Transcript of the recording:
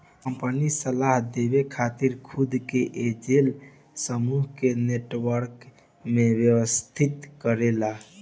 company सलाह देवे खातिर खुद के एंजेल समूह के नेटवर्क में व्यवस्थित करेला